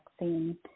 vaccine